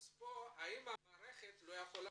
האם המערכת לא יכולה